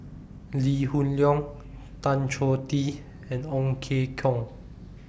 Lee Hoon Leong Tan Choh Tee and Ong Ye Kung